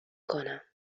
کنم